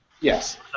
Yes